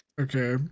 Okay